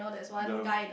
the